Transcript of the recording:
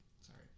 sorry